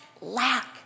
lack